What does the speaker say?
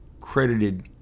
credited